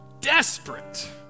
desperate